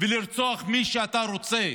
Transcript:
ולרצוח את מי שאתה רוצה,